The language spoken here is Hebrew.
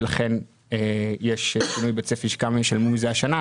ולכן יש שינוי בצפי של כמה ישלמו מזה השנה.